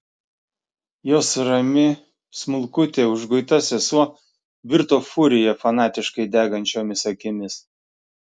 jos rami smulkutė užguita sesuo virto furija fanatiškai degančiomis akimis